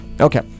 Okay